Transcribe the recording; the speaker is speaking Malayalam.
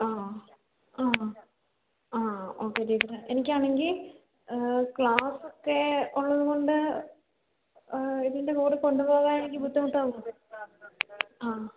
ആ ആ ആ ഓക്കെ ടീച്ചറേ എനിക്കാണെങ്കിൽ ക്ലാസൊക്കെ ഉള്ളതുകൊണ്ട് ഇതിൻ്റ കൂടെ കൊണ്ടുപോകാൻ എനിക്ക് ബുദ്ധിമുട്ടാകുമോ ആ